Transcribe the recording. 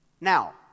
Now